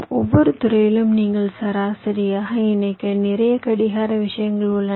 ஒவ்வொரு துறையிலும் நீங்கள் சரியாக இணைக்க நிறைய கடிகார விஷயங்கள் உள்ளன